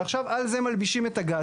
ועכשיו על זה מלבישים את הגז,